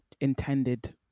intended